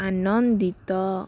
ଆନନ୍ଦିତ